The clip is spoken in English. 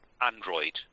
Android